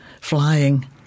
flying